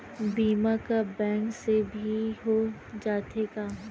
बीमा का बैंक से भी हो जाथे का?